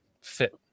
fit